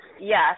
yes